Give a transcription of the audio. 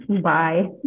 Bye